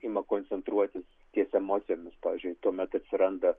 ima koncentruotis ties emocijomis pavyzdžiui tuomet suranda